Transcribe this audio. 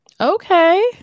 Okay